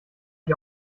ich